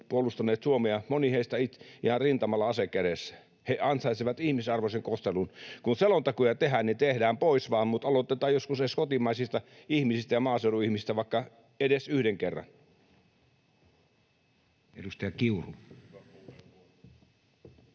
puolustaneet Suomea, moni heistä ihan rintamalla ase kädessä. He ansaitsevat ihmisarvoisen kohtelun. Kun selontekoja tehdään, niin tehdään pois vaan, mutta aloitetaan edes joskus kotimaisista ihmisistä ja maaseudun ihmisistä, vaikka edes yhden kerran. [Speech 120]